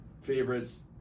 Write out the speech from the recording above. favorites